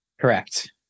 Correct